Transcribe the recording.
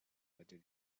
other